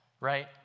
right